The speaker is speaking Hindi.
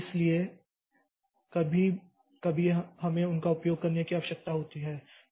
इसलिए कभी कभी हमें उनका उपयोग करने की आवश्यकता होती है